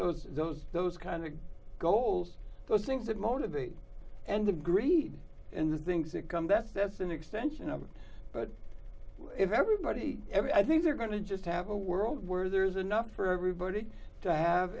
those those those kind of goals those things that motivate and agreed in the things that come best that's an extension of it but if everybody every i think they're going to just have a world where there's enough for everybody to have